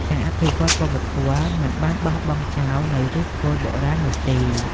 ការអភិវឌ្ឍវប្បធម៌មិនបានបោះបង់ចោលនូវឫសគល់បុរាណនោះទេ។